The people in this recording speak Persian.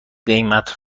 قیمت